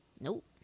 nope